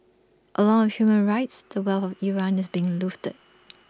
along with human rights the wealth of Iran is being looted